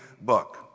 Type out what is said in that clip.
book